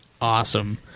awesome